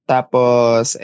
Tapos